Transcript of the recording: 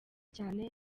cyane